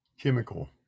chemical